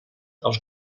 els